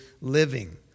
living